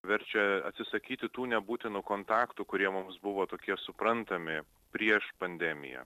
verčia atsisakyti tų nebūtinų kontaktų kurie mums buvo tokie suprantami prieš pandemiją